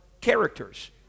Characters